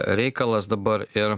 reikalas dabar ir